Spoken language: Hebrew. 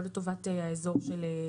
לא לטובת האזור של רשות הניקוז.